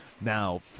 now